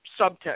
subtext